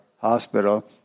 hospital